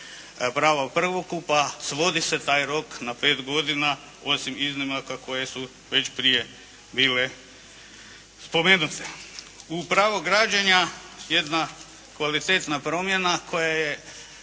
prava prvokupa, svodi se taj rok na 5 godina osim iznimaka koje su već prije bile spomenute. U pravo građenja jedna kvalitetna promjena koja je